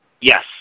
Yes